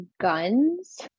guns